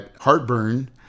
heartburn